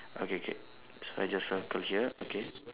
okay K so I just circle here okay